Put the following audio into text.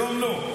היום לא.